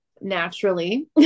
naturally